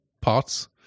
parts